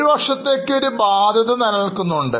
ഒരു വർഷത്തേക്ക് ഒരു ബാധ്യത നിലനിൽക്കുന്നുണ്ട്